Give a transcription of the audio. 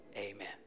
Amen